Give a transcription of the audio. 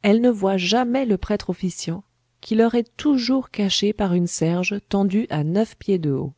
elles ne voient jamais le prêtre officiant qui leur est toujours caché par une serge tendue à neuf pieds de haut